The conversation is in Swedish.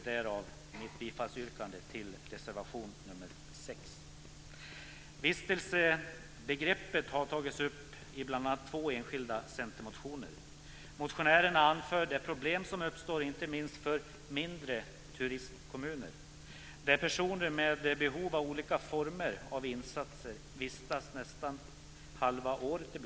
Därav mitt bifallsyrkande till reservation nr 6. Vistelsebegreppet har tagits upp i bl.a. två enskilda centermotioner. Motionärerna anför de problem som uppstår inte minst för mindre turistkommuner där personer med behov av olika former av insatser vistas nästan halva året.